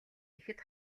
ихэд